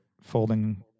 folding